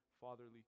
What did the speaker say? fatherly